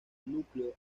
núcleo